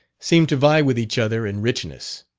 seem to vie with each other in richness.